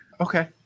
Okay